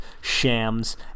shams